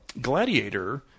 Gladiator